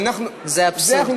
זה אבסורד.